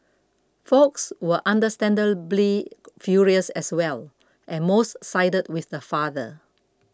folks were understandably furious as well and most sided with the father